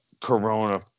Corona